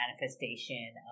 manifestation